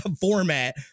format